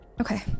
Okay